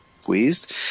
squeezed